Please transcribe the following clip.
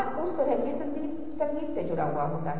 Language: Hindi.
हम डेटा की समझ बनाने की कोशिश करते हैं जो बिखरा हुआ है